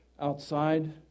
outside